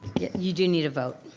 you do need a vote.